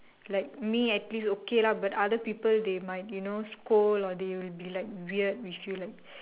like me at least okay lah but other people they might you know scold or they will be like weird if you like